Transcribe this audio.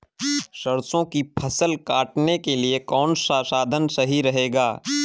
सरसो की फसल काटने के लिए कौन सा साधन सही रहेगा?